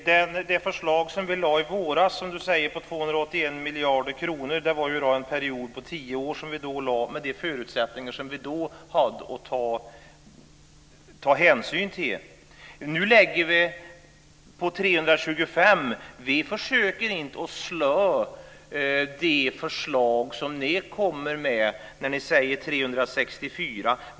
Fru talman! Det förslag som vi lade fram i våras på, som Hans Stenberg säger, 281 miljarder kronor gällde en period på tio år - utifrån de förutsättningar som vi då hade att ta hänsyn till. Nu ligger vi på 325 miljarder. Vi försöker inte slå det förslag som ni kommer med när ni talar om 364 miljarder.